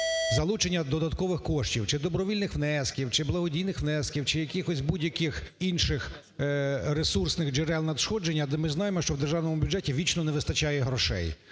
залучення додаткових коштів чи добровільних внесків, чи благодійних внесків, чи якихось будь-яких інших ресурсних джерел надходження, де ми знаємо, що в державному бюджеті вічно не вистачає грошей.